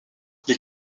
les